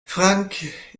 frank